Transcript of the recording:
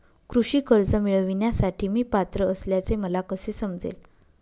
कृषी कर्ज मिळविण्यासाठी मी पात्र असल्याचे मला कसे समजेल?